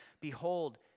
Behold